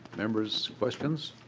members questions?